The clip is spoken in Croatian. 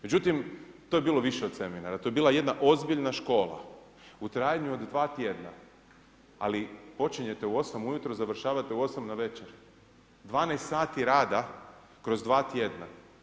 Međutim, to je bilo više od seminara, to je bila jedna ozbiljna škola u trajanju od 2 tjedna ali počinjete u 8 ujutro i završavate u 8 navečer, 12 sati rada kroz 2 tjedna.